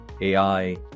AI